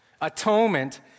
Atonement